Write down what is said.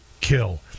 kill